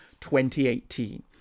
2018